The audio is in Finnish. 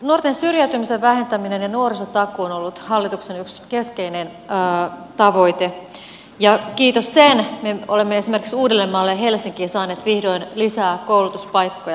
nuorten syrjäytymisen vähentäminen ja nuorisotakuu on ollut hallituksen yksi keskeinen tavoite ja kiitos sen me olemme esimerkiksi uudellemaalle ja helsinkiin saaneet vihdoin lisää koulutuspaikkoja